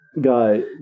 Guy